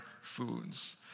foods